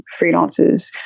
freelancers